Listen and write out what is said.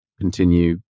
continue